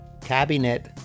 cabinet